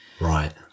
Right